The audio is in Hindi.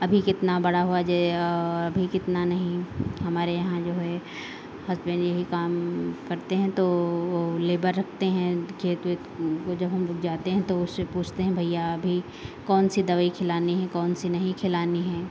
अभी कितना बड़ा हुआ जे अभी कितना नहीं हमारे यहाँ जो है हसबेन्ड यही काम करते हैं तो वो लेबर रखते हैं तो खेत वेत वो जब हम लोग जाते हैं तो उससे पूछते हैं भैया अभी कौन सी दवाई खिलानी है कौन सी नहीं खिलानी है